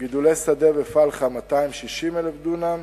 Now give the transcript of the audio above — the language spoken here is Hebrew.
גידולי שדה ופלחה, 260,000 דונם,